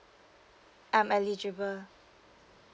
I'm eligible